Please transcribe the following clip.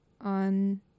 on